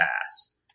Pass